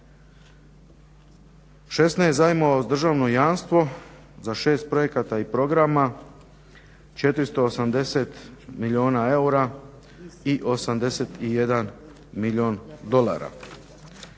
Ukupno 16 zajmova uz državno jamstvo za 6 projekata i programa, 480 milijuna eura i 81 milijun dolara,